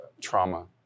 trauma